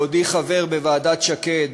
בעודי חבר בוועדת שקד,